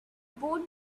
both